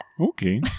Okay